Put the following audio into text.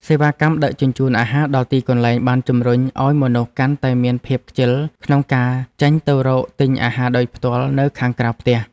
សេវាកម្មដឹកជញ្ជូនអាហារដល់ទីកន្លែងបានជម្រុញឲ្យមនុស្សកាន់តែមានភាពខ្ជិលក្នុងការចេញទៅរកទិញអាហារដោយផ្ទាល់នៅខាងក្រៅផ្ទះ។